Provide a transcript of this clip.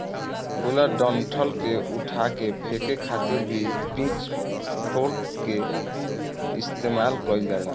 खुला डंठल के उठा के फेके खातिर भी पिच फोर्क के इस्तेमाल कईल जाला